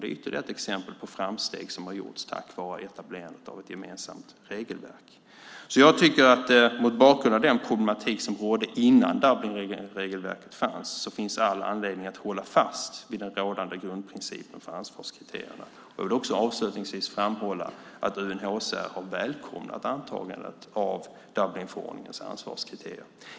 Det är ytterligare ett exempel på framsteg som har gjorts tack vare etablerandet av ett gemensamt regelverk. Mot bakgrund av den problematik som rådde innan Dublinregelverket fanns tycker jag att det finns all anledning att hålla fast vid den rådande grundprincipen för ansvarskriterierna. Jag vill också avslutningsvis framhålla att UNHCR har välkomnat antagandet av Dublinförordningens ansvarskriterier.